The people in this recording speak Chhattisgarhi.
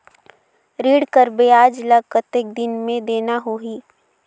ऋण कर ब्याज ला कतेक दिन मे देना होही?